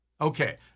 Okay